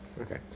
Okay